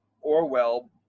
Orwell